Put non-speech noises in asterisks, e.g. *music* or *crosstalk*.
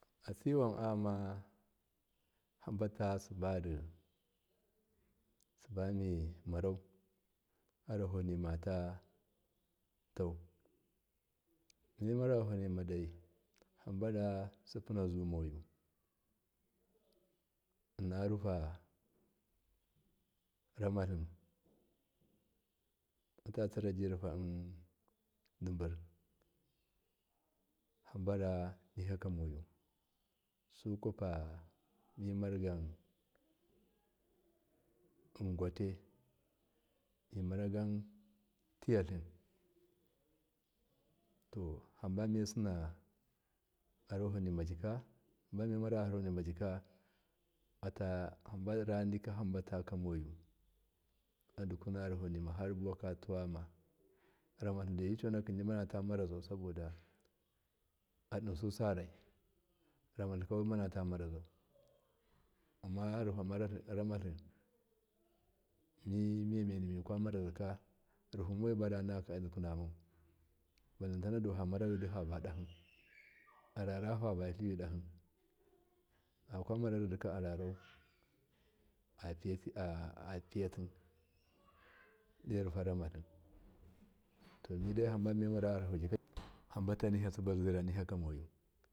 Atsuwan ayama hambata subamimarau yarahoni mata tau mimarar yarahoni madai hambara sippuna zumaiyu *noise* innarufa ramtli atatsira jirufa *hesitation* dibur hambar anikakamayu sukwapa mimargan kgate mimangan teyetli to hambamiye sina yarahonimajika hambara nik hambatane gyagya moyu adukwuna yarahonima ha uwaka tuwama ramatlindai jicenakim jimana tamarazau saboda adisusarai ramatlika wimanata marazau amma rufaramatli mimemeni mika marazaka ruhumoyu banakakauadukwanama balantana famara yiddi favadahi arera fuva tliwidahi fakwamara yiddika *noise* ararau afiyati dorufaramatli to hammamiye marayaru *noise* honima haranigyagyamoyu.